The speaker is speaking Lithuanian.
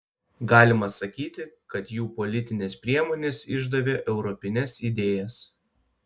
galima sakyti kad jų politinės priemonės išdavė europines idėjas